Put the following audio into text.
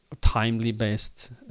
timely-based